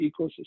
ecosystem